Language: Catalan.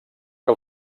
que